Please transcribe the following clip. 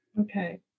Okay